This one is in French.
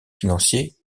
financiers